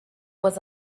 was